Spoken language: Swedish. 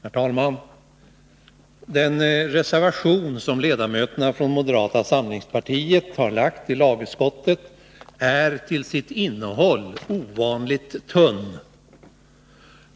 Herr talman! Den reservation som ledamöterna från moderata samlingspartiet har avgivit är till sitt innehåll ovanligt tunn.